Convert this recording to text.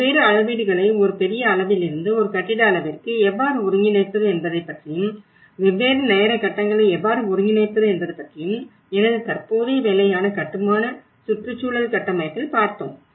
பல்வேறு அளவீடுகளை ஒரு பெரிய அளவிலிருந்து ஒரு கட்டிட அளவிற்கு எவ்வாறு ஒருங்கிணைப்பது என்பதையும் வெவ்வேறு நேர கட்டங்களை எவ்வாறு ஒருங்கிணைப்பது என்பது பற்றியும் எனது தற்போதைய வேலையான கட்டுமான சுற்றுச்சூழல் கட்டமைப்பில் பார்த்தோம்